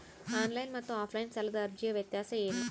Online ಮತ್ತು offline ಸಾಲದ ಅರ್ಜಿಯ ವ್ಯತ್ಯಾಸ ಏನು?